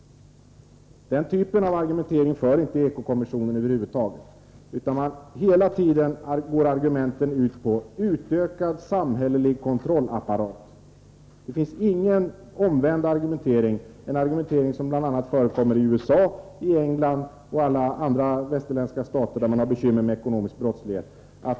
Den typen av argumentering för Eko-kommissionen över huvud taget inte, utan hela tiden går argumenteringen ut på en utökad samhällelig kontrollapparat. Det saknas en sådan omvänd argumentering som förekommer bl.a. i USA och England och i alla andra västerländska stater där man har bekymmer med ekonomisk brottslighet.